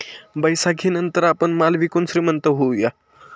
बैसाखीनंतर आपण माल विकून श्रीमंत होऊया